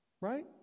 right